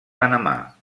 panamà